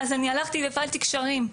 אז אני הלכתי, והפעלתי קשרים,